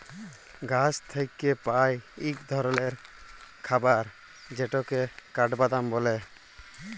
গাহাচ থ্যাইকে পাই ইক ধরলের খাবার যেটকে কাঠবাদাম ব্যলে